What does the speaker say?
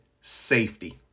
safety